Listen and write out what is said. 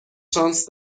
شانس